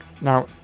Now